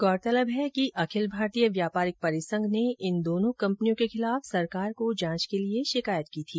गौरतलब है कि अखिल भारतीय व्यापारिक परिसंघ ने इन दोनों कम्पनियों के खिलाफ सरकार को जांच के लिए शिकायत की थी